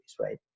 right